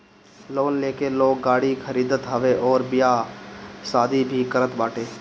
loan लेके लोग गाड़ी खरीदत हवे अउरी बियाह शादी भी करत बाटे